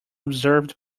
observed